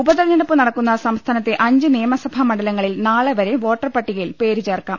ഉപതിരഞ്ഞെടുപ്പ് നടക്കുന്ന സംസ്ഥാനത്തെ അഞ്ച് നിയമസഭാ മണ്ഡലങ്ങളിൽ നാളെ വരെ വോട്ടർ പട്ടി കയിൽ പേര് ചേർക്കാം